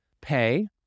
pay